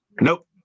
Nope